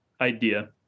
idea